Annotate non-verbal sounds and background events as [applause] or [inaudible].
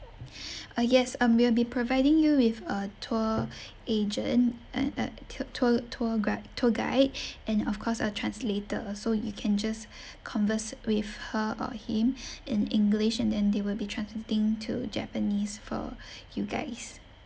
[breath] uh yes um we'll be providing you with a tour agent [noise] t~ tour tour gui~ tour guide and of course a translator uh so you can just converse with her or him in english and then they will be translating to japanese for you guys